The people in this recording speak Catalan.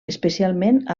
especialment